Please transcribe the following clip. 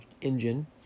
engine